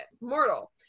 mortal